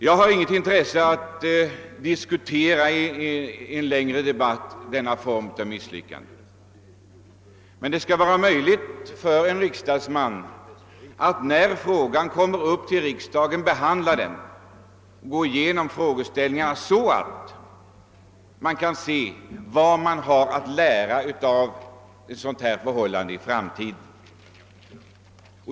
Jag har inget intresse av att diskutera i en längre debatt denna form av misslyckande. Men det skall vara möjligt för en riksdagsman att, när frågan kommer upp i riksdagen, behandla den, gå igenom frågeställningen, så att man kan se vad man har att lära för framtiden av ett misslyckande.